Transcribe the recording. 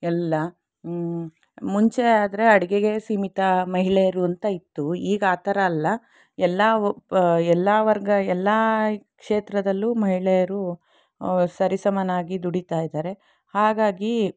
ಎಲ್ಲ ಮುಂಚೆ ಆದರೆ ಅಡಿಗೆಗೇ ಸೀಮಿತ ಮಹಿಳೆಯರು ಅಂತ ಇತ್ತು ಈಗ ಆ ಥರ ಅಲ್ಲ ಎಲ್ಲ ಒ ಎಲ್ಲ ವರ್ಗ ಎಲ್ಲ ಕ್ಷೇತ್ರದಲ್ಲೂ ಮಹಿಳೆಯರು ಸರಿ ಸಮನಾಗಿ ದುಡಿತಾ ಇದ್ದಾರೆ ಹಾಗಾಗಿ